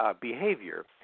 Behavior